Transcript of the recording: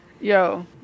Yo